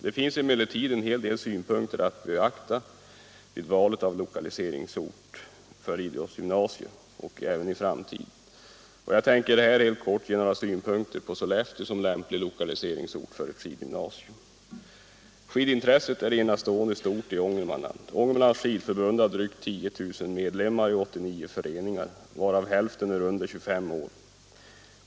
Det finns emellertid en del synpunkter att beakta vid valet av lokaliseringsort för ett idrottsgymnasium även nu som i framtiden, och jag tänker här helt kort ge några synpunkter på Sollefteå som lämplig lokaliseringsort. Skidintresset är enastående stort i Ångermanland. Ångermanlands skidförbund har drygt 10 000 medlemmar i 89 föreningar, varav hälften är under 25 år.